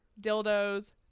dildos